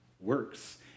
works